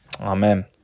Amen